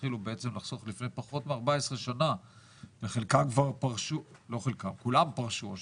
שהתחילו לחסוך לפני פחות מ-14 שנים וכולם פרשו.